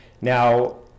Now